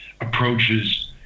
approaches